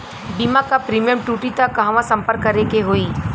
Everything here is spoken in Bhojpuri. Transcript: बीमा क प्रीमियम टूटी त कहवा सम्पर्क करें के होई?